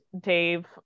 Dave